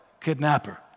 kidnapper